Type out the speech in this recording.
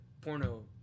porno